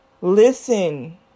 Listen